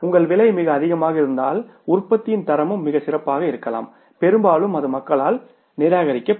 உங்கள் விலை மிக அதிகமாக இருந்தால் உற்பத்தியின் தரமும் மிகச் சிறப்பாக இருக்கலாம் பெரும்பாலும் அது மக்களால் நிராகரிக்கப்படும்